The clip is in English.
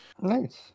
Nice